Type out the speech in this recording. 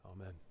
Amen